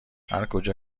هرکجا